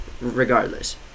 Regardless